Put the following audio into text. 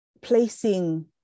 placing